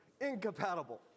incompatible